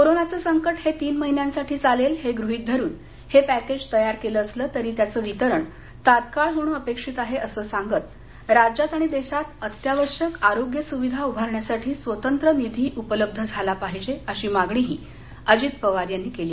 कोरोनाचं संकट हे तीन महिन्यांसाठी चालेल हे गृहित धरुन हे पॅकेज तयार केलं असलं तरी त्याचं वितरण तात्काळ होणं अपेक्षित आहे असं सांगत राज्यात आणि देशात अत्यावश्यक आरोग्य सुविधा उभारण्यासाठी स्वतंत्र निधी उपलब्ध झाला पाहिजे अशी मागणीही अजित पवार यांनी केली